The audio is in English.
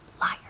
Liar